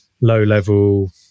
low-level